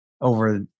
over